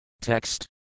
Text